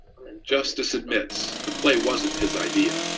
justice admits the play wasn't his idea.